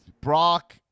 Brock